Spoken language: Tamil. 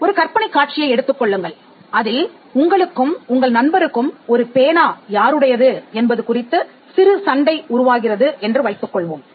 ஒரு கற்பனைக் காட்சியை எடுத்துக்கொள்ளுங்கள் அதில் உங்களுக்கும் உங்கள் நண்பருக்கும் ஒரு பேனா யாருடையது என்பது குறித்து சிறு சண்டை உருவாகிறது என்று வைத்துக் கொள்வோம்